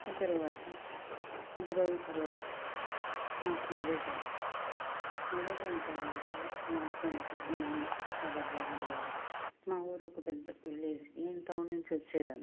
ఆ తర్వాత కొద్దిరోజుల తర్వాత నాకు మ్యారేజ్ అయింది మ్యారేజ్ అయిన తర్వాత మా హస్బెండ్ నేను చాల బాగుండేవాళ్ళం మా ఊరు ఒక పెద్ద విలేజ్ నేను టౌన్ నుంచి వచ్చేదాన్ని